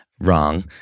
wrong